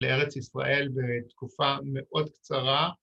‫לארץ ישראל בתקופה מאוד קצרה.